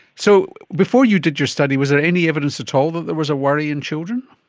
so before you did your study, was there any evidence at all that there was a worry in children?